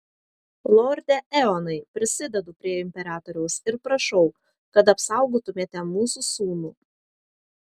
lorde eonai prisidedu prie imperatoriaus ir prašau kad apsaugotumėte mūsų sūnų